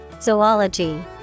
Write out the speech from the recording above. Zoology